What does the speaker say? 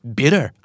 bitter